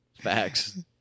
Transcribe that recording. Facts